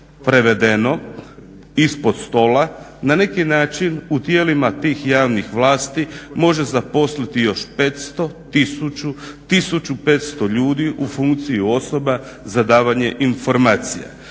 prevedeno ispod stola na neki način u tijelima tih javnih vlasti može zaposliti još 500, 1000, 1500 ljudi u funkciji osoba za davanje informacija.